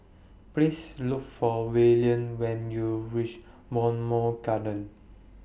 Please Look For Willam when YOU REACH Bowmont Gardens